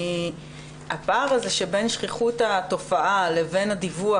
הפער הזה שבין שכיחות התופעה לבין הדיווח,